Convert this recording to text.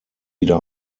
wieder